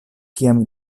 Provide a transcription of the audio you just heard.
kiam